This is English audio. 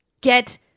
Get